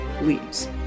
leaves